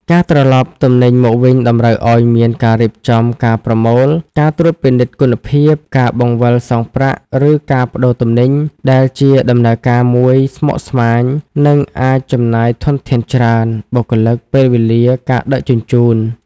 ការត្រឡប់ទំនិញមកវិញតម្រូវឱ្យមានការរៀបចំការប្រមូល ការត្រួតពិនិត្យគុណភាព ការបង្វិលសងប្រាក់ ឬការប្តូរទំនិញ ដែលជាដំណើរការមួយស្មុគស្មាញ និងអាចចំណាយធនធានច្រើន (បុគ្គលិក ពេលវេលា ការដឹកជញ្ជូន)។